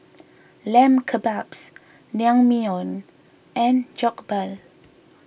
Lamb Kebabs Naengmyeon and Jokbal